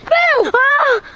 oh!